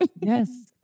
Yes